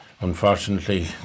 unfortunately